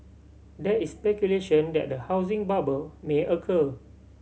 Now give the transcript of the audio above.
there is speculation that a housing bubble may occur